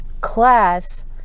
class